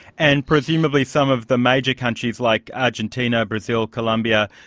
and presumably some of the major countries like argentina, brazil, colombia,